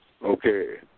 Okay